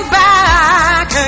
back